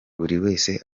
buriwese